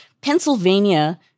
Pennsylvania